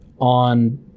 on